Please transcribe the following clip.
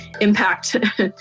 impact